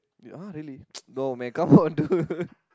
ah really no man come on dude